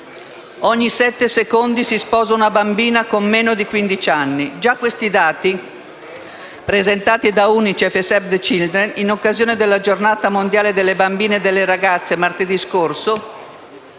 Ogni sette secondi si sposa una bambina con meno di quindici anni. Già questi dati, presentati da Unicef e Save the children in occasione della Giornata mondiale delle bambine e delle ragazze martedì scorso,